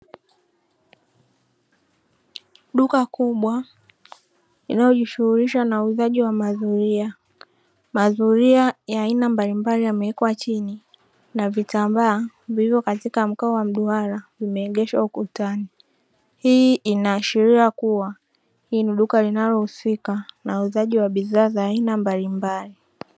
Duka kubwa linalojishughulisha na uuzaji wa mazulia, mazulia ya aina mbalimbali yamewekwa chini na vitambaa vilivyo katika mkao wa mduara vimeegeshwa ukutani, hii inaashiria kuwa hili ni duka linalohusika na uuzaji wa bidhaa za aina mbalimbali.